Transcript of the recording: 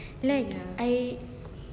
like I